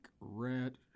red